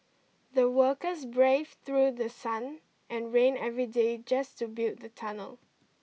the workers braved through the sun and rain every day just to build the tunnel